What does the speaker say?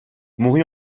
mourut